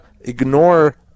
ignore